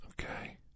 Okay